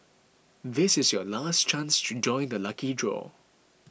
this is your last chance to join the lucky draw